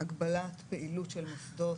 בהגבלת פעילות של מוסדות